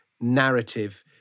narrative